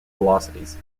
velocities